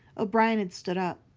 o'brien had stood up.